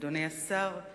אדוני השר,